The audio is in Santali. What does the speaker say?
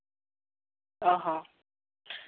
ᱚᱸᱻ ᱦᱚᱸ